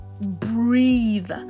breathe